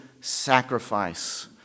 sacrifice